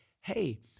hey